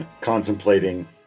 contemplating